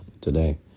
today